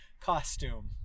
costume